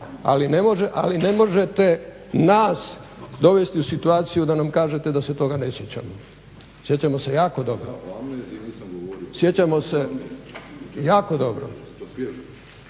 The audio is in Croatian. ali ne možete nas dovesti u situaciju da nam kažete da se toga ne sjećamo. Sjećamo se jako dobro. **Batinić, Milorad